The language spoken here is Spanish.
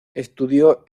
estudió